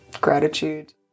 gratitude